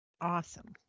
Awesome